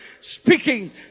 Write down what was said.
speaking